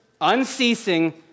unceasing